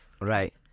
Right